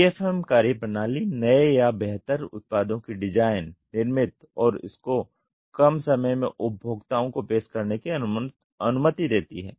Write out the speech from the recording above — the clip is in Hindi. DFM कार्यप्रणाली नए या बेहतर उत्पादों की डिजाइन निर्मित और इसको कम समय में उपभोक्ताओं को पेश करने की अनुमति देती है